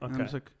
Okay